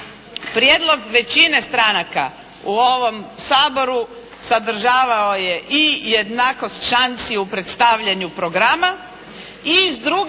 Prijedlog većine stranaka u ovom Saboru sadržavao je i jednakost šansi u predstavljanju programa